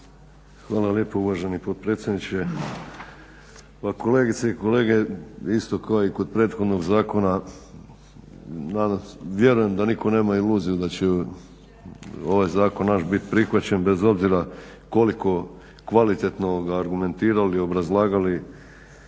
Hvala lijepo uvaženi potpredsjedniče. Pa kolegice i kolege isto kao i kod prethodnog zakona vjerujem da nitko nema iluzija da će ovaj zakon naš biti prihvaćen bez obzira koliko kvalitetno argumentirali i obrazlagali